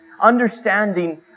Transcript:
Understanding